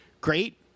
great